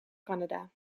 canada